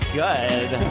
good